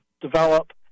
develop